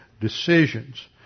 decisions